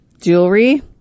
jewelry